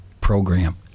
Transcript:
program